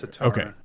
Okay